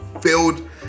filled